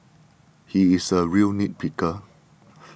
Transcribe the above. he is a real nit picker